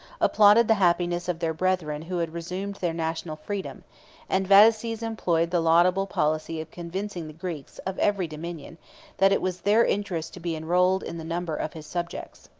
applauded the happiness of their brethren who had resumed their national freedom and vataces employed the laudable policy of convincing the greeks of every dominion that it was their interest to be enrolled in the number of his subjects.